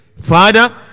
father